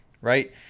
right